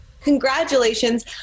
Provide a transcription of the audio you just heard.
Congratulations